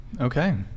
Okay